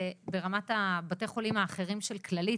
ברמת בתי החולים האחרים של כללית